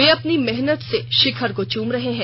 वे अपनी मेहनत से शिखर को चुम रहे हैं